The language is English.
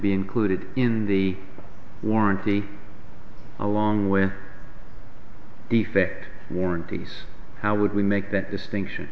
be included in the warranty along with effect warranties how would we make that distinction